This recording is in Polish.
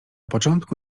początku